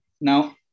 now